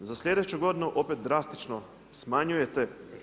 Za slijedeću godinu opet drastično smanjujete.